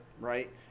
right